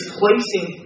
placing